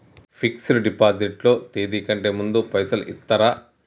Fix డ్ deposit లో తేది కంటే ముందే పైసలు ఇత్తరా?